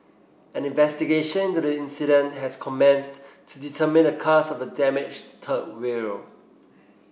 an investigation into the incident has commenced to determine the cause of the damaged third rail